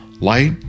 light